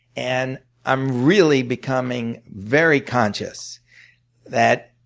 and i'm really becoming very conscious that